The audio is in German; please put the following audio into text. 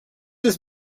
ist